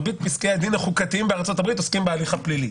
מרבית פסקי הדין החוקתיים בארצות הברית עוסקים בהליך הפלילי.